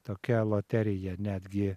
tokia loterija netgi